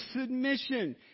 submission